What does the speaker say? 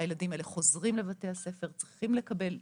הילדים האלה חוזרים לבתי הספר, צריכים לקבל ליווי,